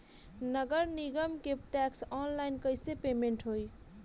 नगर निगम के टैक्स ऑनलाइन कईसे पेमेंट होई?